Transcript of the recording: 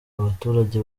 abaturage